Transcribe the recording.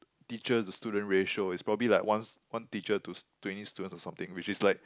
teacher to student ratio it's probably like once one teacher to twenty students or something which is like